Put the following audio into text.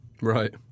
right